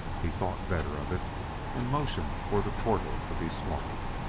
he thought better of it and motioned for the portal to be swung.